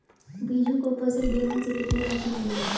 बीजू को फसल बीमा से कितनी राशि मिली है?